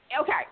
okay